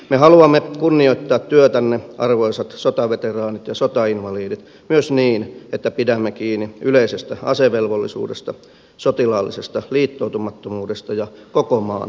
me haluamme kunnioittaa työtänne arvoisat sotaveteraanit ja sotainvalidit myös niin että pidämme kiinni yleisestä asevelvollisuudesta sotilaallisesta liittoutumattomuudesta ja koko maan puolustamisesta